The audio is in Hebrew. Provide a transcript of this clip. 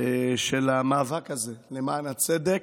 של המאבק הזה למען הצדק,